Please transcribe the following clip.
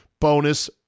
bonus